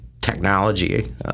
technology